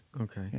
okay